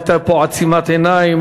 הייתה פה עצימת עיניים,